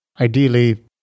Ideally